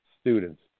students